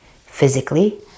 physically